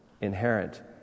inherent